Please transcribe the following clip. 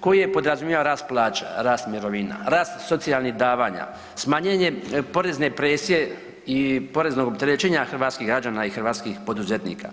koji je podrazumijevao rast plaća, rast mirovina, rast socijalnih davanja, smanjenje porezne presije i poreznog opterećenja hrvatskih građana i hrvatskih poduzetnika.